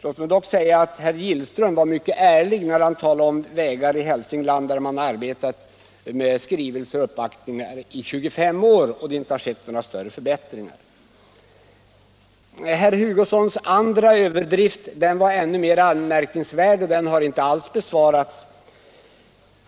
Jag skall dock säga att herr Gillström var mycket ärlig när han talade om vägar i Hälsingland, där man har arbetat med skrivelser och uppvaktningar i 25 år utan att det har skett några större förbättringar. Herr Hugossons andra överdrift var ännu mer anmärkningsvärd och har inte alls bemötts.